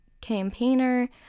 campaigner